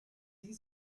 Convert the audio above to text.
die